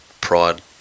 pride